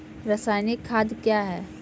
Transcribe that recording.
रसायनिक खाद कया हैं?